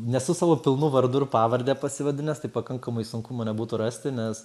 nesu savo pilnu vardu ir pavarde pasivadinęs tai pakankamai sunku mane būtų rasti nes